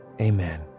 amen